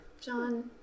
John